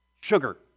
Sugar